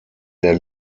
der